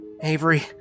Avery